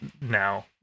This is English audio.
now